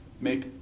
make